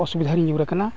ᱚᱥᱩᱵᱤᱫᱷᱟᱨᱮᱧ ᱧᱩᱨ ᱟᱠᱟᱱᱟ